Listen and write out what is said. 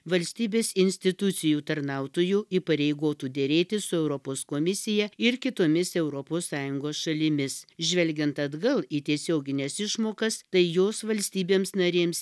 valstybės institucijų tarnautojų įpareigotų derėtis su europos komisija ir kitomis europos sąjungos šalimis žvelgiant atgal į tiesiogines išmokas tai jos valstybėms narėms